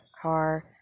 car